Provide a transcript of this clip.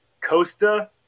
Costa